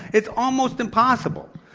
it's almost impossible.